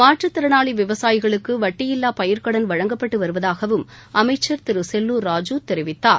மாற்றுத்திறனாளி விவசாயிகளுக்கு வட்டியில்லா பயிர்க்கடன் வழங்கப்பட்டு வருவதாகவும் அமைச்சர் திரு செல்லூர் ராஜு தெரிவித்தார்